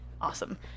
awesome